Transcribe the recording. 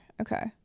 Okay